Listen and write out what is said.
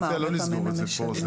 אני מציע לא לסגור את זה פה.